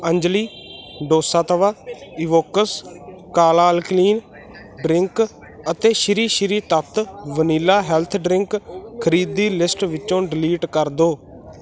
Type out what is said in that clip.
Anjali dosa tawa Evox ਕਾਲਾ alkaline drink ਅਤੇ Sri Sri Tattva vanilla health drink ਖਰੀਦੀ ਲਿਸਟ ਵਿੱਚੋਂ ਡਿਲੀਟ ਕਰ ਦੋ